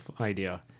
idea